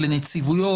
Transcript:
אלה נציבויות,